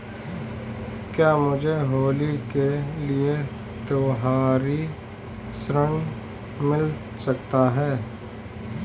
क्या मुझे होली के लिए त्यौहारी ऋण मिल सकता है?